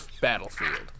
battlefield